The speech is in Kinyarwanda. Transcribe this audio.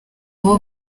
abo